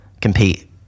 compete